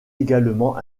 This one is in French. également